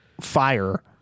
fire